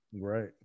Right